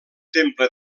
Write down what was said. temple